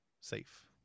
safe